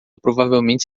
provavelmente